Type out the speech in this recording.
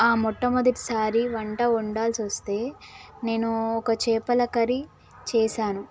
మొట్టమొదటిసారి వంట ఉండాల్సి వస్తే నేను ఒక చేపల కర్రీ చేశాను